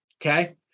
Okay